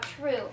true